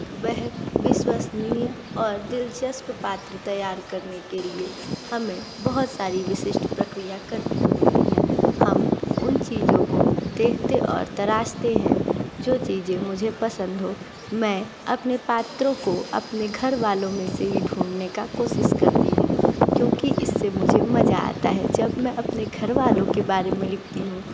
वह विश्वसनीय और दिलचस्प पात्र तैयार करने के लिए हमें बहुत सारी विशिष्ट प्रक्रिया करनी होती हैं हम उन चीज़ों को देखते और तरासते हैं जो चीज़ें मुझे पसंद हो मैं अपने पात्रों को अपने घर वालों में से ही ढूँढने का कोशिश करती हूँ क्योंकि इससे मुझे मज़ा आता है जब मैं अपने घर वालों के बारे में लिखती हूँ